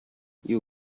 you